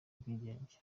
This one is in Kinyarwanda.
ubwigenge